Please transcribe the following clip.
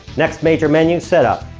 next major menu. setup.